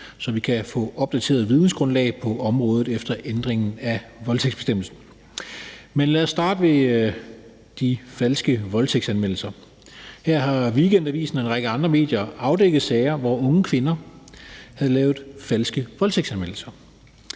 så vi kan få opdateret vidensgrundlaget på området efter ændringen af voldtægtsbestemmelsen. Men lad os starte ved de falske voldtægtsanmeldelser. Her har Weekendavisen og en række andre medier afdækket sager, hvor unge kvinder havde lavet falske voldtægtsanmeldelser.